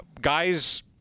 guys